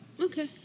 Okay